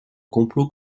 complot